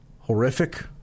horrific